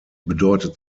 bedeutet